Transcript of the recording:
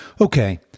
Okay